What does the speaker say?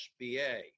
SBA